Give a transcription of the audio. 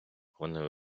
вони